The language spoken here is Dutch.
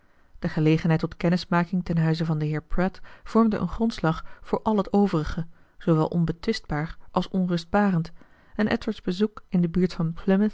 de gelegenheid tot kennismaking ten huize van den heer pratt vormde een grondslag voor al het overige zoowel onbetwistbaar als onrustbarend en edward's bezoek in de buurt van